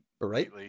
Right